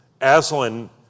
Aslan